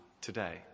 today